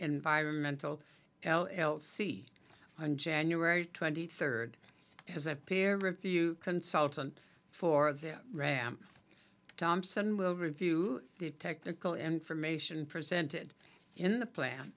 environmental l o l c on january twenty third as a peer review consultant for their ram thompson will review the technical information presented in the plan